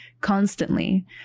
constantly